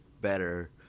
better